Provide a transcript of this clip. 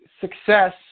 success